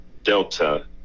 Delta